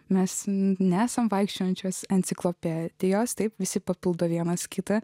mes nesam vaikščiojančios enciklopedijos taip visi papildo vienas kitą